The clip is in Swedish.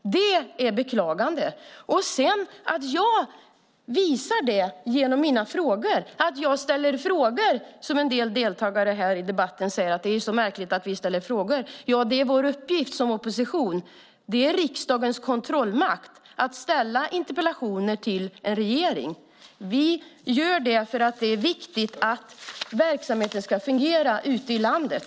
Det är beklagligt. Och det visar jag genom mina frågor. En del deltagare i debatten säger att det är märkligt att vi ställer frågor. Det är vår uppgift som opposition. Det är en del i riksdagens kontrollmakt att ställa interpellationer till en regering. Vi gör det för att det är viktigt att verksamheterna ska fungera ute i landet.